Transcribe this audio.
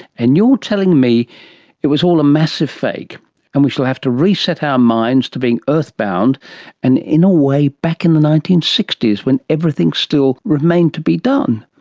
and you're telling me it was all a massive fake and we shall have to reset our minds to being earth-bound and in a way back in the nineteen sixty s when everything still remained to be done.